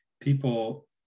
people